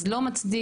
אז לא מצדיק,